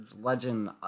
legend